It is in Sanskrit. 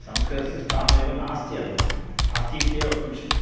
संस्कृतस्य स्थानमेव नास्ति अधुना नास्ति इत्येव वक्तुं शक्यते